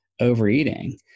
overeating